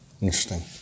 Interesting